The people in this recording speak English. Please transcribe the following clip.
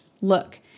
Look